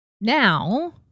now